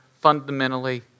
fundamentally